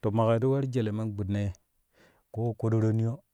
to maƙe ti war jele men gbidino ye koo kodiro niyo.